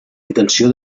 intenció